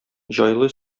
җайлы